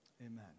Amen